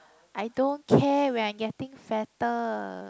I don't care when I getting fatter